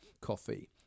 coffee